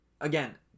again